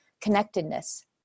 connectedness